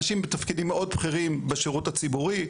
אנשים בתפקידים מאוד בכירים ברשות הציבורי,